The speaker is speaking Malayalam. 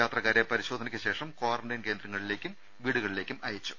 യാത്രക്കാരെ പരിശോധനയ്ക്ക് ശേഷം ക്വാറന്റൈൻ കേന്ദ്രങ്ങളിലേക്കും വീടുകളിലേക്കും അയച്ചു